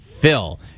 Phil